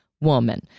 woman